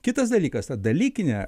kitas dalykas ta dalykinė